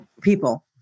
people